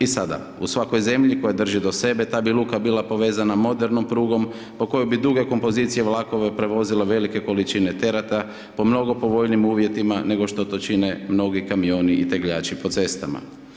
I sada u svakoj zemlji koja drži do sebe, ta bi luka bila povezana modernom prugom, po kojoj bi duge kompozicije vlakove prevozile velike količine tereta, po mnogo povoljnijim uvjetima, nego što to čine mnogi kamioni i tegljači po cestama.